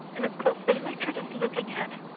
and of course the electorate is looking at